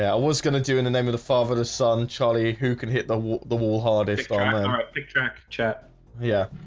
yeah was gonna do in the name of the father the son charlie who can hit the the wall hardest um um ah on chat yeah